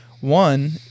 one